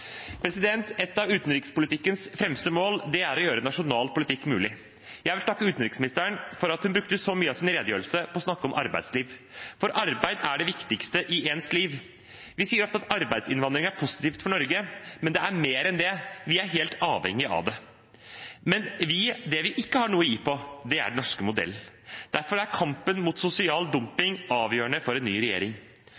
Et av utenrikspolitikkens fremste mål er å gjøre nasjonal politikk mulig. Jeg vil takke utenriksministeren for at hun brukte så mye av sin redegjørelse på å snakke om arbeidsliv, for arbeid er det viktigste i ens liv. Vi sier ofte at arbeidsinnvandring er positivt for Norge, men det er mer enn det: Vi er helt avhengige av det. Men det vi ikke har noe å gi på, er den norske modellen. Derfor er kampen mot sosial